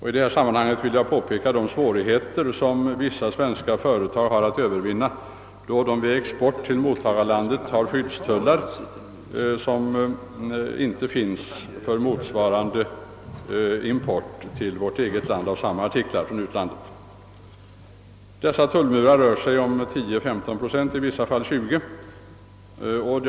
I detta sammanhang vill jag peka på de svårigheter som vissa svenska företag kämpar med då de vid export har mottagarlandets skyddstullar att övervinna samtidigt som motsvarande tullskydd inte finns på vår egen hemmamarknad vid import av samma artiklar från det andra landet. Dessa tullmurar rör sig om 10—153 procent, i några fall 20 procent.